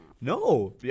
No